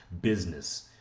business